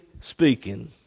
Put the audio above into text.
speaking